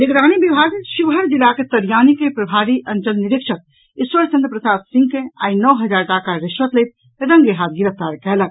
निगरानी विभाग शिवहर जिलाक तरियानी के प्रभारी अंचल निरीक्षक ईश्वरचंद प्रसाद सिंह के आइ नओ हजार टाका रिश्वत लेत रंगे हाथ गिरफ्तार कयलक